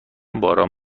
باران